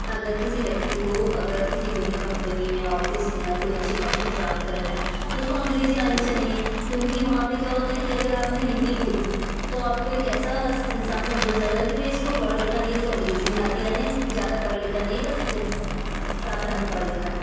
अगर किसी व्यक्ति को अगर किसी बड़ी कंपनी में ऑफिस में या कोई अच्छी नौकरी प्राप्त करना है तो उसको अंग्रेजी आनी चाहिए क्योंकि वहाँ पे क्या होता है कि अगर आपने हिंदी बोली तो आपको एक ऐसा इंसान समझा जाएगा कि भाई इसको पढ़ा लिखा नहीं इसको अंग्रेज़ी नहीं आती यानी ज़्यादा पढ़ा लिखा नहीं है बस साधारण पढ़ा लिखा है